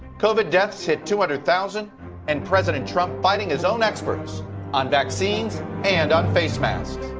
covid deaths hit two hundred thousand and president trump fighting his own experts on vaccines and on face masks.